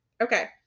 Okay